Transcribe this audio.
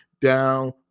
down